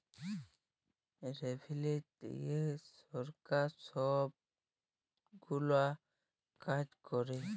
revenue দিঁয়ে সরকার ছব গুলা কাজ ক্যরে